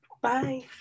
bye